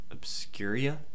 Obscuria